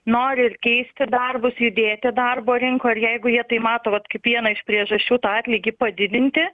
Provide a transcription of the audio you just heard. nori ir keisti darbus judėti darbo rinkoj ir jeigu jie tai matote kaip vieną iš priežasčių tą atlygį padidinti